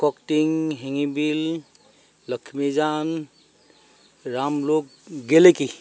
ককটিং হিঙিবিল লখিমীজান ৰামলোক গেলিকী